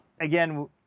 again